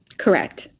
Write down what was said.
Correct